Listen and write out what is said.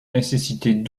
nécessitait